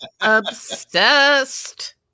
obsessed